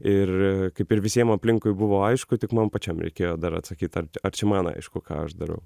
ir kaip ir visiem aplinkui buvo aišku tik man pačiam reikėjo dar atsakyt ar ar čia man aišku ką aš darau